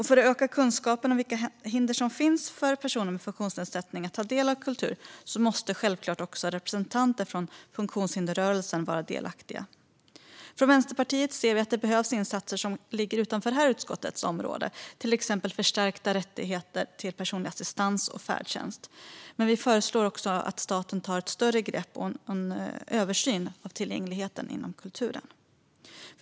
För att öka kunskapen om vilka hinder som finns för en person med funktionsnedsättning att ta del av kultur måste självklart även representanter från funktionshindersrörelsen vara delaktiga i arbetet. Vi i Vänsterpartiet anser att det också behövs insatser som ligger utanför kulturutskottets område, till exempel förstärkt rätt till personlig assistans och färdtjänst. Vi föreslår också att staten ska ta ett större grepp och göra en översyn av tillgängligheten inom kulturen.